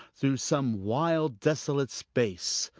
through some wild desolate space!